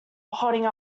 holding